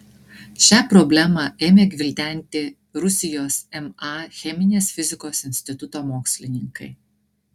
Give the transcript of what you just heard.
šią problemą ėmė gvildenti rusijos ma cheminės fizikos instituto mokslininkai